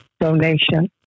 donation